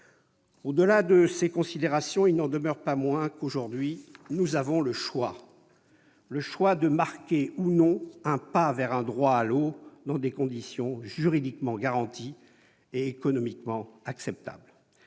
Au-delà de ces considérations, il n'en demeure pas moins que, aujourd'hui, nous avons le choix : celui de marquer ou non un pas vers un droit à l'eau dans des conditions juridiquement garanties et économiquement acceptables.